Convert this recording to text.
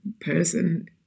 person